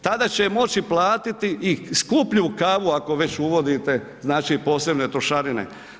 Tada će moći platiti i skuplju kavu ako već uvodite znači i posebne trošarine.